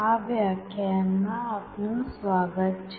આ વ્યાખ્યાનમાં આપનું સ્વાગત છે